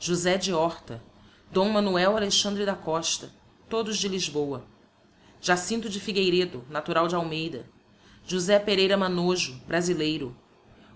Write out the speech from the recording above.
josé de horta d manoel alexandre da costa todos de lisboa jacintho de figueiredo natural de almeida josé pereira manojo brazileiro